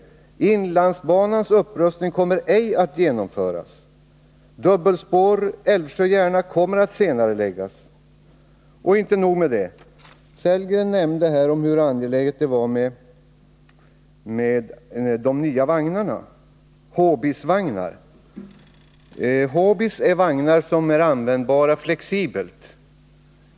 Inlandsbanans upprustning kommer ej att kunna genomföras. Dubbelspåret på sträckan Älvsjö-Järna kommer att senareläggas. Rolf Sellgren nämnde hur angeläget det är att SJ får de nya Hbis-vagnarna. Dessa vagnar är mycket användbara tack vare deras flexibilitet.